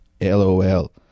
LOL